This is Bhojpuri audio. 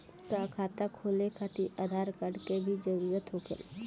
का खाता खोले खातिर आधार कार्ड के भी जरूरत होखेला?